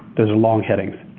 those are long headings.